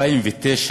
השתנה